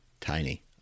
Tiny